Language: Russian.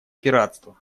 пиратства